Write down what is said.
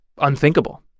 unthinkable